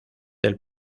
del